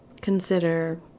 consider